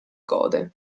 code